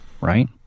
Right